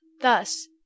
Thus